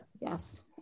yes